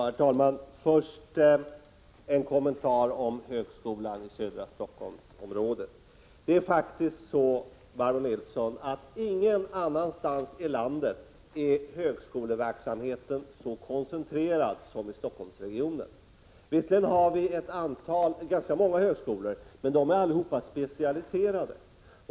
Herr talman! Först en kommentar till frågan om högskolan i södra Stockholmsområdet. Högskoleverksamheten är, Barbro Nilsson, faktiskt ingenstans i landet så koncentrerad som i Stockholmsregionen. Visserligen har vi ganska många högskolor, men de är alla specialiserade.